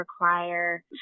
require